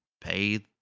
pay